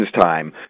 time